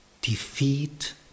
Defeat